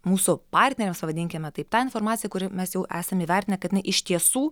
mūsų partneriams pavadinkime taip tą informaciją kurią mes jau esam įvertinę kad jinai iš tiesų